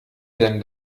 denn